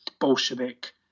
Bolshevik